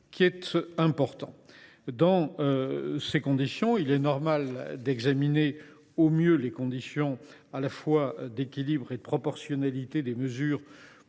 est important. Dans ces conditions, il est normal d’examiner au mieux les conditions d’équilibre et de proportionnalité des mesures proposées.